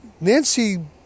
Nancy